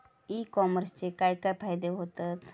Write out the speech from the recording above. E कॉमर्सचे काय काय फायदे होतत?